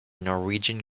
norwegian